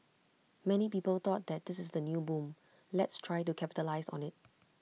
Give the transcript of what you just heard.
many people thought that this is the new boom let's try to capitalise on IT